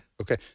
Okay